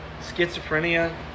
Schizophrenia